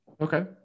Okay